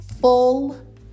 full